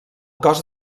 cos